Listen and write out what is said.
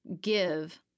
give